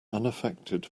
unaffected